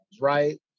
right